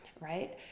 right